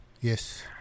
yes